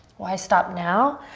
why stop now?